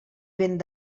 vent